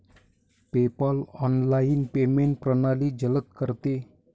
PayPal online payment प्रणाली जलद करते